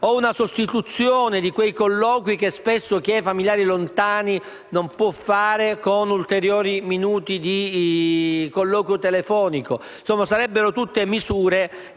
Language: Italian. o una sostituzione di quei colloqui, che spesso chi ha i familiari lontani non può fare, con ulteriore minuti di colloquio telefonico. Sarebbero tutte misure